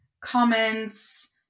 comments